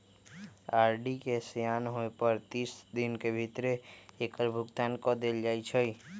RD के सेयान होय पर तीस दिन के भीतरे एकर भुगतान क देल जाइ छइ